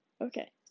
Okay